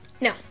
No